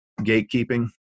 gatekeeping